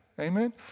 Amen